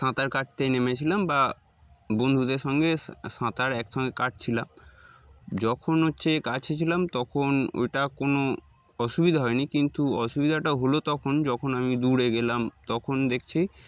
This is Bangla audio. সাঁতার কাটতে নেমেছিলাম বা বন্ধুদের সঙ্গে সাঁতার একসঙ্গে কাটছিলাম যখন হচ্ছে কাছে ছিলাম তখন ওইটা কোনো অসুবিধা হয়নি কিন্তু অসুবিধাটা হলো তখন যখন আমি দূরে গেলাম তখন দেখছি